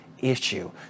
issue